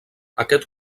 aquest